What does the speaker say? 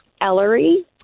Ellery